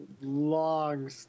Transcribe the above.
long